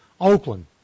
Oakland